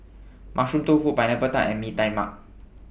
Mushroom Tofu Pineapple Tart and Mee Tai Mak